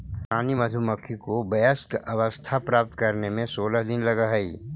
रानी मधुमक्खी को वयस्क अवस्था प्राप्त करने में सोलह दिन लगह हई